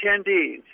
attendees